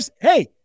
Hey